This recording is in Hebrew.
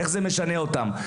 איך זה משנה אותם.